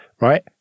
right